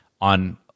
on